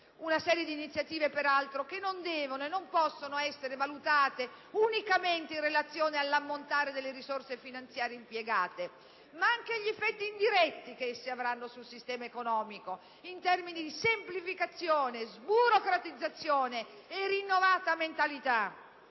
Una serie di iniziative, peraltro, che non devono e non possono essere valutate unicamente in relazione all'ammontare delle risorse finanziarie impiegate, ma anche agli effetti indiretti che esse avranno sul sistema economico, in termini di semplificazione, di sburocratizzazione e di rinnovata mentalità.